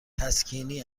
تسکینی